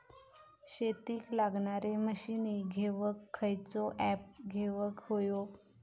शेतीक लागणारे मशीनी घेवक खयचो ऍप घेवक होयो?